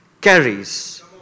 carries